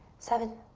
seven,